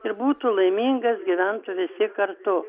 ir būtų laimingas gyventų visi kartu